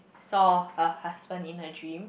saw her husband in her dream